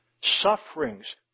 Sufferings